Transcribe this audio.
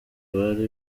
abari